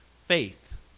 faith